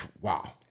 wow